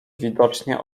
widocznie